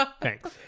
Thanks